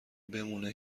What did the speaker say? بمونه